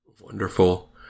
Wonderful